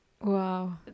Wow